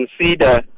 consider